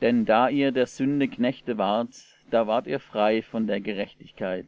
denn da ihr der sünde knechte wart da wart ihr frei von der gerechtigkeit